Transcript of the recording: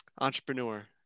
entrepreneur